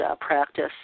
practice